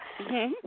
Okay